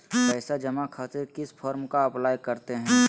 पैसा जमा खातिर किस फॉर्म का अप्लाई करते हैं?